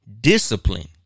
discipline